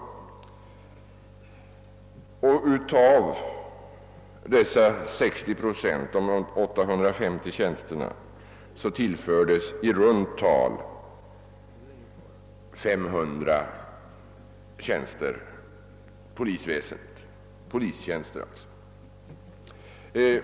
Av dessa 60 procent, de 850 tjänsterna, tillfördes polisväsendet i runt tal 500 polistjänster.